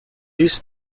this